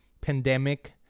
pandemic